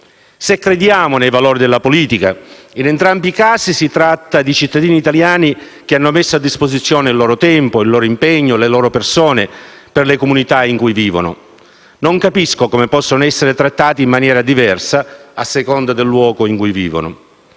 Se crediamo nei valori della politica, in entrambi i casi si tratta di cittadini italiani che hanno messo a disposizione il loro tempo, il loro impegno, le loro persone, per le comunità in cui vivono. Non capisco come possano essere trattati in maniera diversa a seconda del luogo in cui vivono.